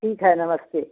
ठीक है नमस्ते